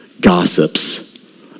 gossips